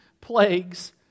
plagues